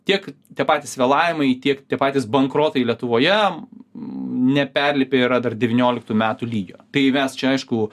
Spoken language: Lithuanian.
tiek tie patys vėlavimai tiek tie patys bankrotai lietuvoje neperlipę yra dar devynioliktų metų lygio tai mes čia aišku